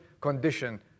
condition